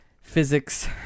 physics